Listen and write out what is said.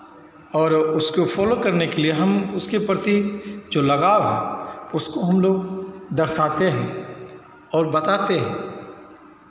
और उसको फॉलो करने के लिए हम उसके प्रति जो लगाव है उसको हमलोग दर्शाते हैं और बताते हैं